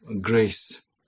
Grace